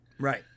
Right